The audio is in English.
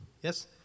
Yes